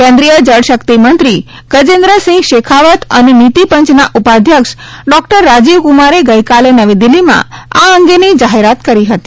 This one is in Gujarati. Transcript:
કેન્દ્રિય જળશક્તિમંત્રી ગજેન્દ્રસિંહ શેખાવત અને નીતિપંચના ઉપાધ્યક્ષ ડોકટર રાજીવ્કુમારે ગઇકાલે નવી દીલ્હીમાં આ અંગેની જાહેરાત કરી હતી